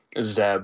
Zeb